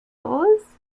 blows